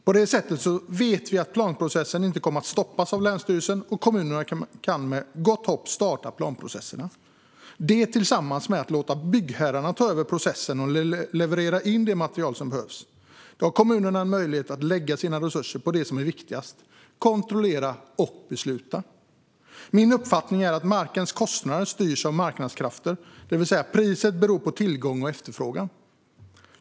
På så sätt vet vi att planprocessen inte kommer att stoppas av länsstyrelsen, och kommunerna kan med gott hopp starta planprocesserna. Detta tillsammans med att låta byggherrarna ta över processen och leverera in det material som behövs ger kommunerna en möjlighet att lägga sina resurser på det som är viktigast, nämligen att kontrollera och besluta. Min uppfattning är att markens kostnader styrs av marknadskrafter, det vill säga priset beror på tillgång och efterfrågan.